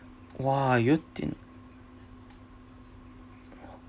!wah! 哇有一点:you dian